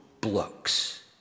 blokes